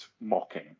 mocking